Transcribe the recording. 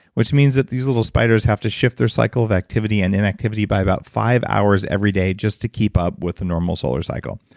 which means that these little spiders have to shift their cycle of activity and inactivity by about five hours everyday just to keep up with the normal solar cycle.